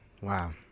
Wow